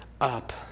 up